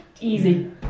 easy